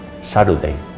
Saturday